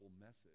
message